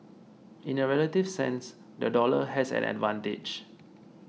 in a relative sense the dollar has an advantage